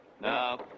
Now